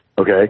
okay